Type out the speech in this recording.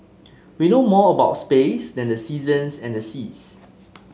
we know more about space than the seasons and the seas